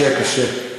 קשה, קשה.